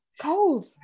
Cold